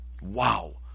Wow